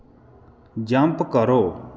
jump करो